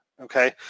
Okay